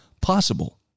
possible